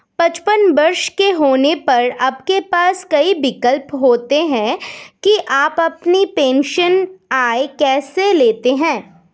पचपन वर्ष के होने पर आपके पास कई विकल्प होते हैं कि आप अपनी पेंशन आय कैसे लेते हैं